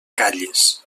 calles